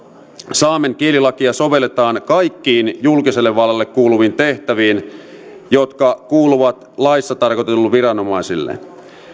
saamen kielilakia sovelletaan kaikkiin julkiselle vallalle kuuluviin tehtäviin jotka kuuluvat laissa tarkoitetuille viranomaisille